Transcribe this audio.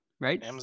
right